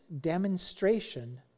demonstration